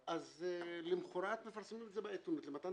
אז למחרת מפרסמים את זה בעיתונות למתן